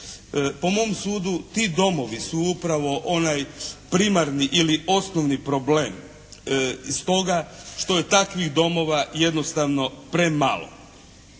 Po mom sudu ti domovi su upravo onaj primarni ili osnovni problem i stoga što je takvih domova jednostavno premalo.